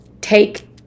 take